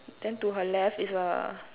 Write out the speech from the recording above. then to her left is a